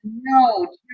no